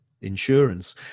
insurance